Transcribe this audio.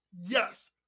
Yes